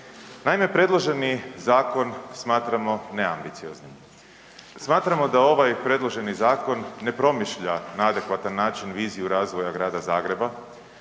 Naime, predloženi zakon smatramo neambicioznim. Smatramo da ovaj predloženi zakon ne promišlja na adekvatan način viziju razvoja grada Zagreba,